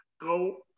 go